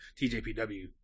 TJPW